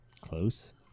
close